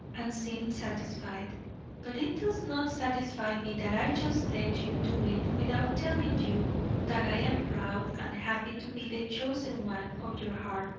and seemed satisfied but it does not satisfy me that i just let you do it without telling you that i am proud and happy to be the chosen one of your heart,